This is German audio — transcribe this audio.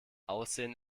aussehen